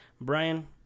Brian